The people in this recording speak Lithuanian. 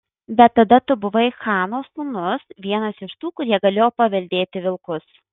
bet tada tu buvai chano sūnus vienas iš tų kurie galėjo paveldėti vilkus